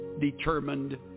determined